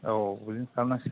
औ बिदिनो खालामनांसिगोन